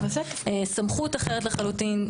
סמכות אחרת לחלוטין.